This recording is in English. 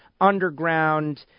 underground